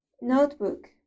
Notebook